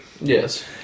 Yes